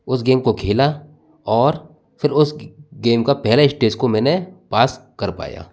उस गेम को खेला और फिर उस गेम का पहला स्टेज को मैंने पास कर पाया